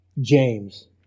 James